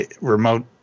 remote